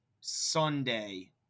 Sunday